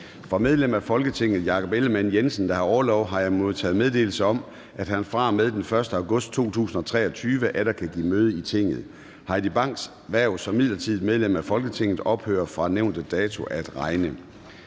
Fra medlem af Folketinget Jakob Ellemann-Jensen (V), der har orlov, har jeg modtaget meddelelse om, at han fra og med den 1. august 2023 atter kan give møde i Tinget. Heidi Banks (V) hverv som midlertidigt medlem af Folketinget ophører fra nævnte dato at regne.